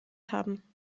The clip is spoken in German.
haben